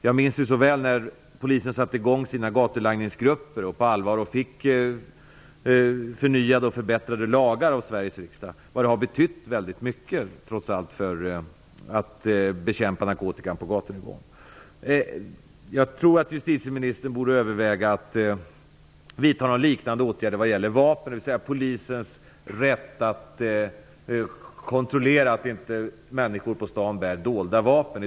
Jag minns hur det var när polisen på allvar började med grupper för bekämpning av gatulangningen och fick förbättrade lagar av riksdagen. Det har betytt mycket för bekämpningen av narkotika. Jag tror att justitieministern borde överväga att vidta liknande åtgärder när det gäller vapen, dvs. polisens rätt att kontrollera att människor på stan inte bär dolda vapen.